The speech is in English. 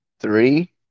three